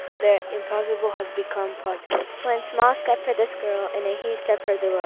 the impossible has become possible. one small step for this girl, and a huge step for the world.